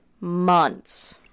months